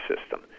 system